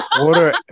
order